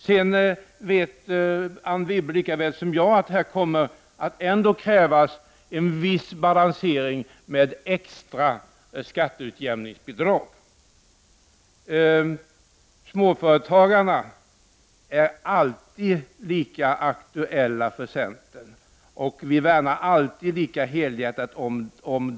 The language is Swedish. Sedan vet Anne Wibble lika väl som jag att det ändå kommer att krävas en viss balansering med extra skatteutjämningsbidrag. Småföretagarna är alltid lika viktiga för centern, och vi värnar helhjärtat om dem.